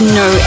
no